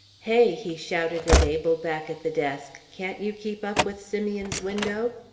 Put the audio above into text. hey, he shouted at abel, back at the desk, can't you keep up with simeon's window?